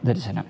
दर्शनं